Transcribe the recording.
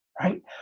right